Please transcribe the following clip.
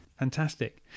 Fantastic